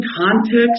context